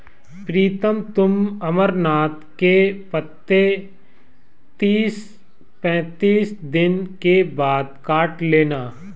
प्रीतम तुम अमरनाथ के पत्ते तीस पैंतीस दिन के बाद काट लेना